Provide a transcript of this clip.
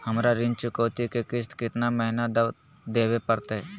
हमरा ऋण चुकौती के किस्त कितना महीना तक देवे पड़तई?